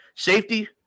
Safety